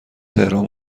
تهران